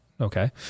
Okay